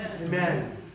Amen